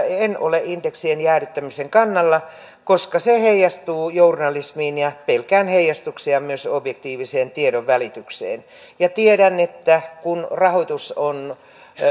en ole indeksien jäädyttämisen kannalla koska se heijastuu journalismiin ja pelkään heijastuksia myös objektiiviseen tiedonvälitykseen ja tiedän että kun rahoitus on